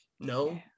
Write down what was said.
No